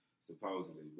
supposedly